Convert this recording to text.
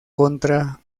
contra